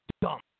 dump